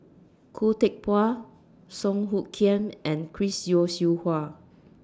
Khoo Teck Puat Song Hoot Kiam and Chris Yeo Siew Hua